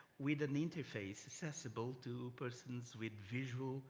with an interface accessible to persons with visual